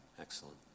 Excellent